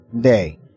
day